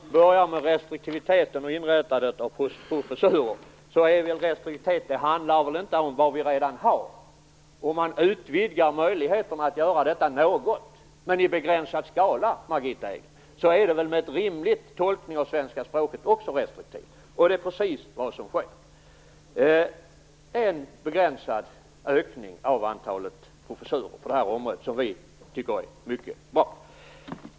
Herr talman! Jag börjar med restriktiviteten och inrättandet av professurer. Restriktivitet handlar väl inte om vad vi redan har? Om man något utvidgar möjligheten att göra detta, men i begränsad skala, Margitta Edgren, är det väl med en rimlig tolkning av det svenska språket också restriktivt? Det är precis vad som sker. En begränsad ökning av antalet professurer på det här området tycker vi är mycket bra.